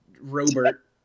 Robert